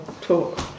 talk